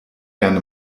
gerne